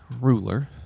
ruler